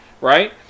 Right